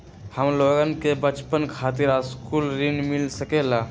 हमलोगन के बचवन खातीर सकलू ऋण मिल सकेला?